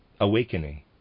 Awakening